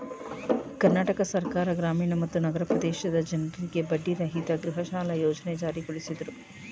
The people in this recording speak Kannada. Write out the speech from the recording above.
ಕರ್ನಾಟಕ ಸರ್ಕಾರ ಗ್ರಾಮೀಣ ಮತ್ತು ನಗರ ಪ್ರದೇಶದ ಜನ್ರಿಗೆ ಬಡ್ಡಿರಹಿತ ಗೃಹಸಾಲ ಯೋಜ್ನೆ ಜಾರಿಗೊಳಿಸಿದ್ರು